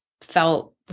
felt